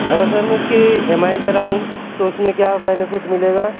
اور سر میں اِس کی ایم آئی کراؤں تو اُس میں کیا بینیفٹ ملے گا